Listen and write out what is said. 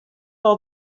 all